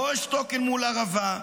לא אשתוק אל מול הרעבה.